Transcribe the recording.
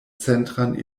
centran